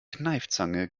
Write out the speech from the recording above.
kneifzange